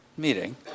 meeting